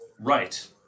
Right